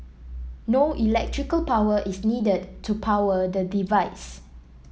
no electrical power is needed to power the device